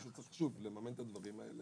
שוב מישהו צריך לממן את הדברים האלה.